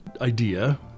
idea